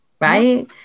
right